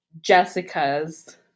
Jessica's